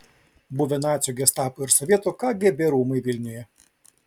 buvę nacių gestapo ir sovietų kgb rūmai vilniuje